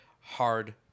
hard